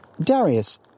Darius